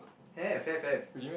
have have have